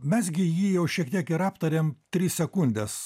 mes gi jį jau šiek tiek ir aptarėm tris sekundes